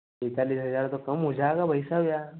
पैंतालीस हज़ार तो कम हो जाएगा भाई साहब यार